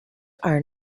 are